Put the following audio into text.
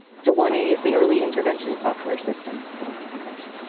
so, one a is the early intervention software system. who made the motion?